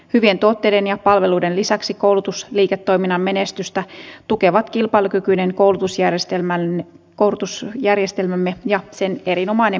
hyvien tuotteiden ja palveluiden lisäksi koulutusliiketoiminnan menestystä tukevat kilpailukykyinen koulutusjärjestelmämme ja sen erinomainen